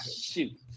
Shoot